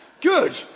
Good